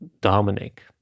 dominic